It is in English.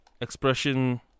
expression